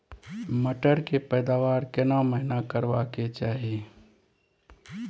मटर के पैदावार केना महिना करबा के चाही?